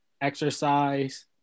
exercise